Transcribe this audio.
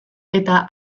eta